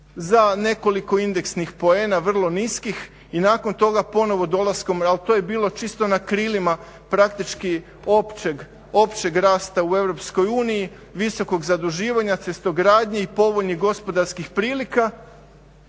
nekoliko indeksnih poena vrlo niskih i nakon toga ponovo dolaskom al to je bilo čisto na krilima praktički općeg rasta u EU, visokog zaduživanja, cestogradnji i povoljnih gospodarskih prilika